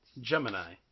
Gemini